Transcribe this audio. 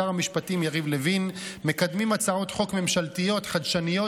שר המשפטים יריב לוין מקדמים הצעות חוק ממשלתיות חדשניות